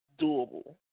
doable